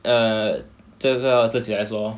err 这个我自己来说